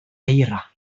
eira